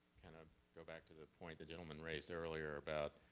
kind of go back to the point the gentleman raised earlier about